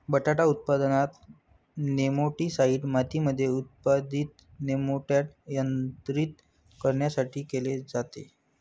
बटाटा उत्पादनात, नेमाटीसाईड मातीमध्ये उत्पादित नेमाटोड नियंत्रित करण्यासाठी केले जाते